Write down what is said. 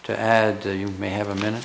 to add to you may have a minute